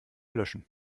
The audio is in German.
löschen